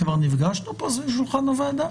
כבר נפגשנו פה זו סביב שולחן הוועדה?